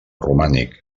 romànic